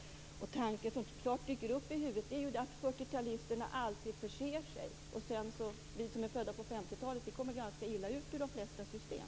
En tanke som dyker upp är att 40-talisterna alltid förser sig, medan vi som är födda på 50-talet hamnar ganska illa i de flesta system.